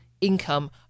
income